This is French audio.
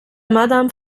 madame